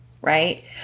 Right